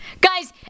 Guys